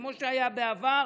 כמו שהיה בעבר.